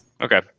Okay